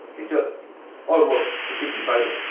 he's just almost completely silent.